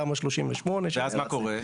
בתמ"א 38. ואז מה קורה?